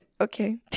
okay